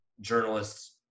journalists